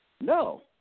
No